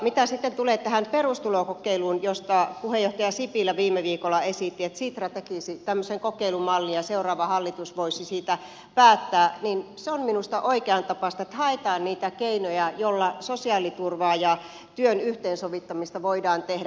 mitä sitten tulee perustulokokeiluun josta puheenjohtaja sipilä viime viikolla esitti että sitra tekisi tämmöisen kokeilumallin ja seuraava hallitus voisi siitä päättää niin se on minusta oikeantapaista että haetaan niitä keinoja joilla sosiaaliturvan ja työn yhteensovittamista voidaan tehdä